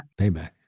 Payback